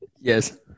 Yes